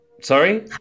Sorry